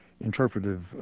interpretive